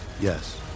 Yes